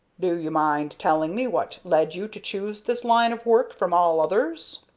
do you mind telling me what led you to choose this line of work from all others?